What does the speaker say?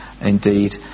indeed